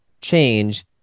change